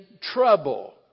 trouble